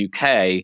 UK